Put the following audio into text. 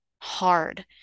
hard